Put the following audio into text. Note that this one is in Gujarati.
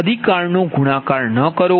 અધિકાર નો ગુણાકાર ન કરો